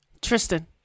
Tristan